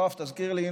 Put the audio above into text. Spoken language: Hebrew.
תזכיר לי,